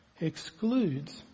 excludes